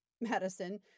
Madison